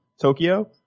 Tokyo